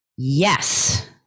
yes